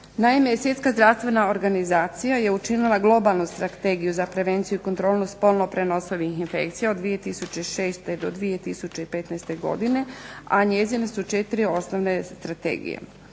Naime, Svjetska zdravstvena organizacija je učinila Globalnu strategiju za prevenciju i kontrolu spolno prenosivih infekcija od 2006. do 2015. godine, a njezine su četiri osnovne strategije: